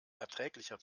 erträglicher